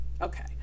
Okay